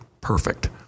perfect